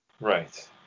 right